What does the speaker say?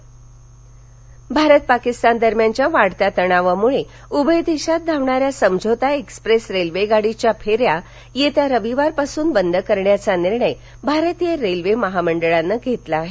समझौता express Bharat Pakistan दरम्यानच्या वाढत्या तणावामुळे उभय देशात धावणाऱ्या समझौता एक्स्प्रेस रेल्वेगाडीच्या फेऱ्या येत्या रविवारपासून बंद करण्याचा निर्णय भारतीय रेल्वे महामंडळानं घेतला आहे